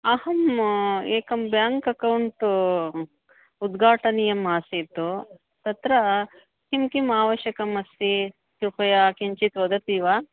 अहम् एकं bank account उद्घाटनीयम् आसीत् तत्र किं किम् आवश्यकम् अस्ति कृपया किञ्चित् वदति वा